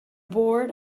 board